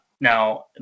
Now